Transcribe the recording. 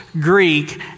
Greek